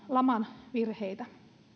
laman virheitä